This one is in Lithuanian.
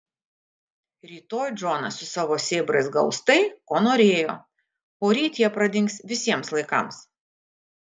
rytoj džonas su savo sėbrais gaus tai ko norėjo poryt jie pradings visiems laikams